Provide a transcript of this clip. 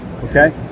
okay